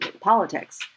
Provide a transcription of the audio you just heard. politics